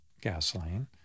gasoline